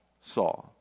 saw